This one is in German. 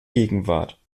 gegenwart